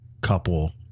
couple